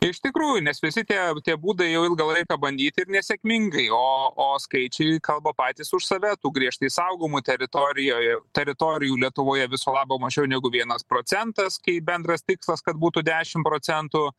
iš tikrųjų nes visi tie tie būdai jau ilgą laiką bandyti ir nesėkmingai o o skaičiai kalba patys už save tų griežtai saugomų teritorijoj teritorijų lietuvoje viso labo mažiau negu vienas procentas kai bendras tikslas kad būtų dešim procentų